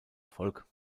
erfolg